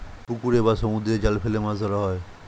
পুকুরে বা সমুদ্রে জাল ফেলে মাছ ধরা হয়